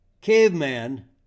Caveman